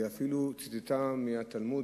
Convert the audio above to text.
היא אפילו ציטטה מהתלמוד,